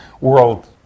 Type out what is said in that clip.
world